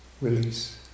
release